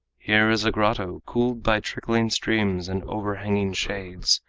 here is a grotto, cooled by trickling streams and overhanging shades,